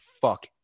fuck